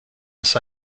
ist